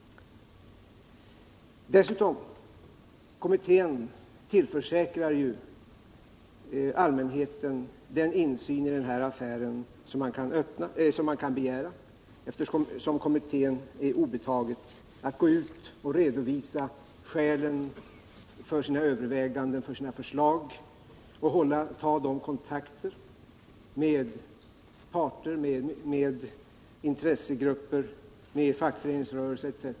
Dessutom: kommittén tillförsäkrar allmänheten den insyn i den här affären som man kan begära, eftersom det är kommittén obetaget att gå ut och redovisa skälen för sina överväganden och förslag och ta de kontakter med parter, intressegrupper, fackföreningar etc.